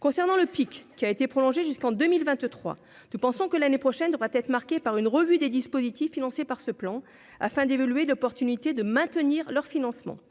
concernant le pic qui a été prolongée jusqu'en 2023, nous pensons que l'année prochaine devrait être marquée par une revue des dispositifs financés par ce plan afin d'évaluer l'opportunité de maintenir leur financement